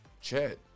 Chet